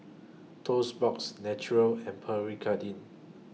Toast Box Naturel and Pierre Cardin